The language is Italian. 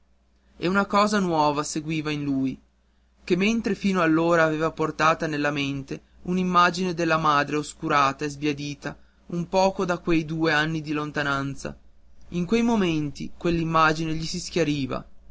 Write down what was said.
e una cosa nuova seguiva in lui che mentre fino allora aveva portata nella mente un'immagine della madre oscurata e sbiadita un poco da quei due anni di lontananza in quei momenti quell'immagine gli si chiariva